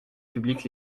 public